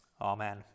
Amen